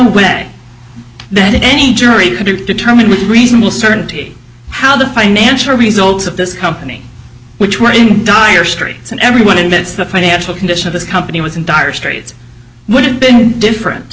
way that any jury could determine with reasonable certainty how the financial results of this company which were in dire straits and everyone in this the financial condition of this company was in dire straits would have been different